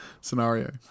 scenario